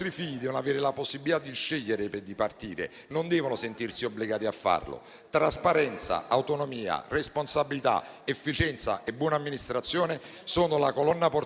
I nostri figli devono avere la possibilità di scegliere di partire, non devono sentirsi obbligati a farlo. Trasparenza, autonomia, responsabilità, efficienza e buona amministrazione sono la colonna portante